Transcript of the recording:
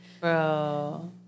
Bro